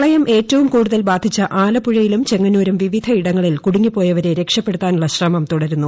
പ്രളയം ഏറ്റവും കൂടുതൽ ബാധിച്ച ആലപ്പൂഴയിലും ചെങ്ങന്നൂരും വിവിധയിടങ്ങളിൽ കൂടുങ്ങിപ്പോയവരെ രക്ഷപ്പെടുത്താനുള്ള ശ്രമം തുടരുന്നു